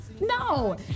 No